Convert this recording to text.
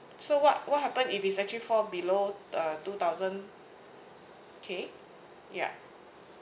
so what what happen if it's actually fall below uh thousand K ya